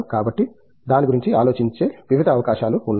కాబట్టి దాని గురించి ఆలోచించే వివిధ అవకాశాలు ఉన్నాయి